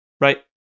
right